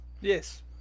Yes